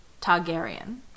Targaryen